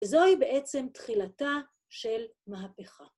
וזו היא בעצם תחילתה של מהפכה.